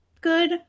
Good